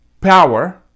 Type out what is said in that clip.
power